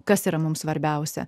kas yra mums svarbiausia